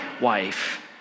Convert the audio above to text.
wife